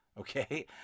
Okay